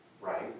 right